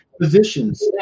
positions